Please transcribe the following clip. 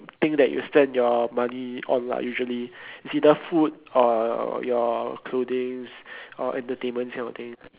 thing that you spend your money on lah usually it's either food or your clothings or entertainment this kind of thing